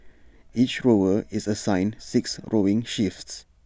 each rower is assigned six rowing shifts